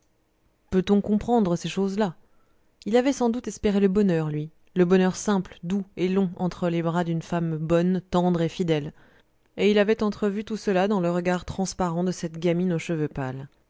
peut-on comprendre ces choses-là il avait sans doute espéré le bonheur lui le bonheur simple doux et long entre les bras d'une femme bonne tendre et fidèle et il avait entrevu tout cela dans le regard transparent de cette gamine aux cheveux pâles